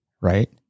Right